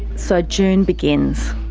so june begins.